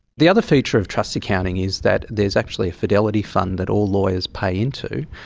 the other feature of trust accounting is that there is actually a fidelity fund that all lawyers pay into,